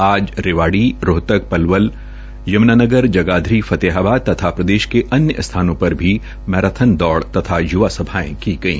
आज रेवाड़ी रोहतक पलवल यम्नानगर जगाधरी फतेहाबाद तथा प्रदेश के अन्य स्थानों पर भी मैराथान दौड़ तथा य्वा सभायें की गई